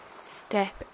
Step